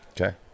Okay